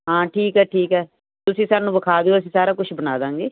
ਹਾਂ ਠੀਕ ਹੈ ਠੀਕ ਹੈ ਤੁਸੀਂ ਸਾਨੂੰ ਵਿਖਾ ਦਿਓ ਅਸੀਂ ਸਾਰਾ ਕੁਛ ਬਣਾ ਦਵਾਂਗੇ